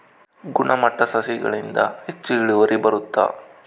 ಗುಣಮಟ್ಟ ಸಸಿಗಳಿಂದ ಹೆಚ್ಚು ಇಳುವರಿ ಬರುತ್ತಾ?